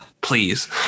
Please